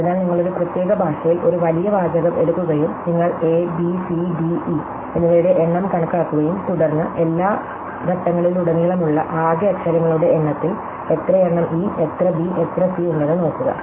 അതിനാൽ നിങ്ങൾ ഒരു പ്രത്യേക ഭാഷയിൽ ഒരു വലിയ വാചകം എടുക്കുകയും നിങ്ങൾ A B C D E എന്നിവയുടെ എണ്ണം കണക്കാക്കുകയും തുടർന്ന് എല്ലാ ഘട്ടങ്ങളിലുടനീളമുള്ള ആകെ അക്ഷരങ്ങളുടെ എണ്ണത്തിൽ എത്രയെണ്ണം ഇ എത്ര ബി എത്ര സി ഉണ്ടെന്നു നോക്കുക